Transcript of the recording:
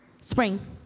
spring